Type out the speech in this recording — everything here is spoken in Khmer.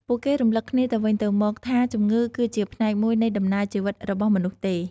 ពួកគេរំលឹកគ្នាទៅវិញទៅមកថាជំងឺគឺជាផ្នែកមួយនៃដំណើរជីវិតរបស់មនុស្សទេ។